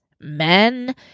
men